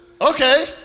okay